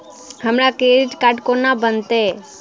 हमरा credit card कोना बनतै?